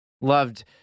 Loved